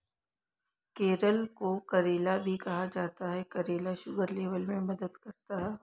करेले को करेला भी कहा जाता है करेला शुगर लेवल में मदद करता है